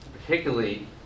particularly